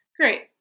Great